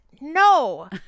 No